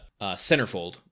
centerfold